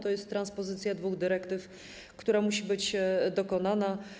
To jest transpozycja dwóch dyrektyw, która musi być dokonana.